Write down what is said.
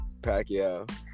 Pacquiao